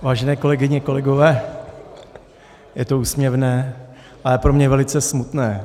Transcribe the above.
Vážené kolegyně, kolegové, je to úsměvné, ale pro mě velice smutné.